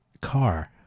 car